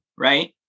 Right